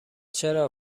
چرا